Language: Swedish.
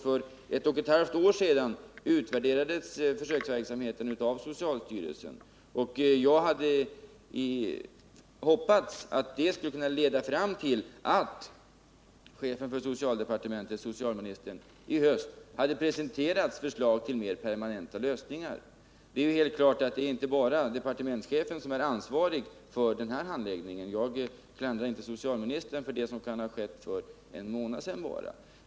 För ett och ett halvt år sedan utvärderades försöksverksamheten av socialstyrelsen. Jag hade hoppats att detta skulle ha lett till att socialministern i höst presenterat förslag om mer permanerta lösningar. Givetvis är inte bara socialministern ansvarig för handläggningen. Jag klandrar inte honom för det som kan ha skett för bara en månad sedan.